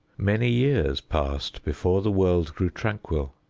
many years passed before the world grew tranquil.